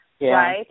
right